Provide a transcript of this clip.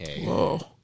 Whoa